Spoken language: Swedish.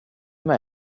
med